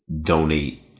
donate